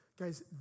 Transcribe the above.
Guys